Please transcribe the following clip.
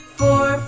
four